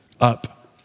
up